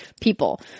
people